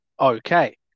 okay